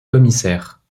commissaire